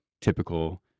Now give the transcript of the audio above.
typical